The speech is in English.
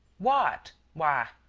what! why,